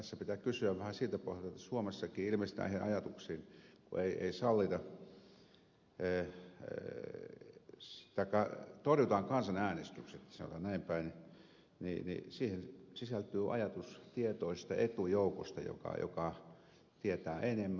tässä pitää kysyä vähän siltä pohjalta että suomessakin ilmeisesti kun torjutaan kansanäänestykset sanotaan näin päin siihen sisältyy ajatus tietoisesta etujoukosta joka tietää enemmän